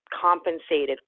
compensated